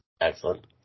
Excellent